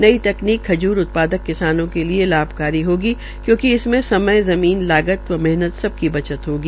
नई तकनीक खजूर उत्पादक किसानों के लिए लाभकारी होगी क्योंकि इसमे समय जमीन लागत व मेहनत सबकी बचत होगी